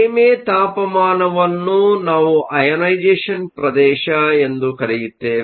ಕಡಿಮೆ ತಾಪಮಾನವನ್ನು ನಾವು ಅಯನೈಸ಼್ಪ್ರದೇಶ ಎಂದು ಕರೆಯುತ್ತೇವೆ